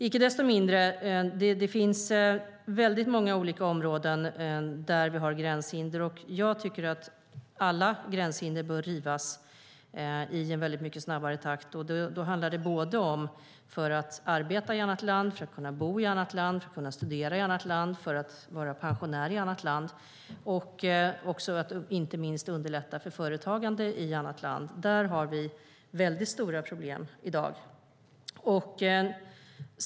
Icke desto mindre finns det många olika områden där vi har gränshinder. Jag tycker att alla gränshinder bör rivas i en mycket snabbare takt. Det handlar om att kunna arbeta i annat land, att kunna bo i annat land, att kunna studera i annat land, att vara pensionär i annat land och inte minst om att underlätta för företagande i annat land. Där har vi stora problem i dag.